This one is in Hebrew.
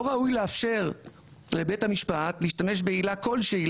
לא ראוי לאפשר לבית המשפט להשתמש בעילה כלשהי,